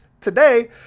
today